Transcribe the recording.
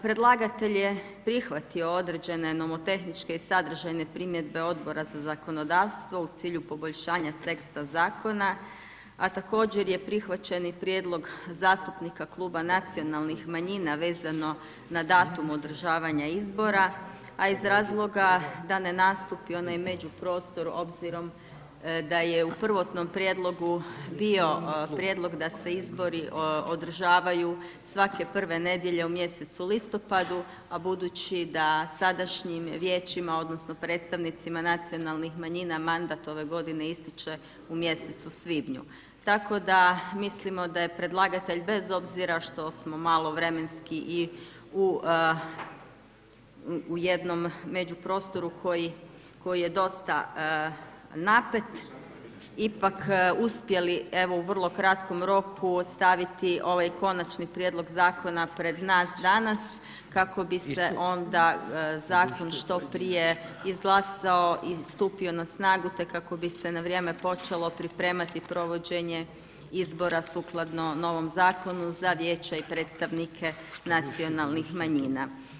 Predlagatelj je prihvatio određene nomotehničke i sadržajne primjedbe Odbora za zakonodavstvo u cilju poboljšanja teksta zakona, a također je prihvaćen i prijedlog zastupnika Kluba nacionalnih manjina vezano na datum održavanja izbora, a iz razloga da ne nastupi onaj međuprostor obzirom da je u prvotnom prijedlogu bio prijedlog da se izbori održavaju svake prve nedjelje u mjesecu listopadu, a budući da sadašnjim vijećima odnosno predstavnicima nacionalnih manjina mandat ove godine ističe u mjesecu svibnju, tako da mislimo da je predlagatelj bez obzira što smo malo vremenski i u jednom međuprostoru koji je dosta napet, ipak uspjeli, evo, u vrlo kratkom roku ostaviti ovaj Konačni prijedlog zakona pred nas danas kako bi se onda zakon što prije izglasao i stupio na snagu, te kako bi se na vrijeme počelo pripremati provođenje izbora sukladno novom zakonu za vijeće i predstavnike nacionalnih manjina.